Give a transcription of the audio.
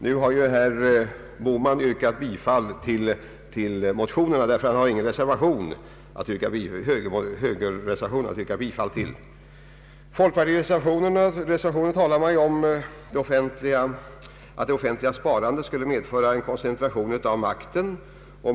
Nu har herr Bohman yrkat bifall till motionen, därför att han inte har någon moderat reservation att yrka bifall till. I folkpartireservationen talas om att det offentliga sparandet skulle medföra en koncentration av makten.